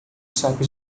saco